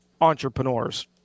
entrepreneurs